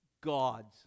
God's